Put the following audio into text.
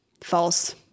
False